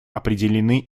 определены